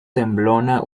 temblona